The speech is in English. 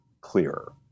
clearer